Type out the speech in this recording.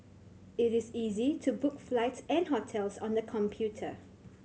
it is easy to book flights and hotels on the computer